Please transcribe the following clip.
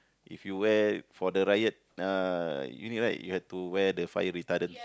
if you wear for the riot ah you need right you have to wear the fire retardant